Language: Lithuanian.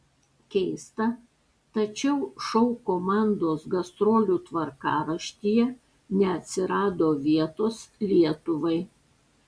keista tačiau šou komandos gastrolių tvarkaraštyje neatsirado vietos lietuvai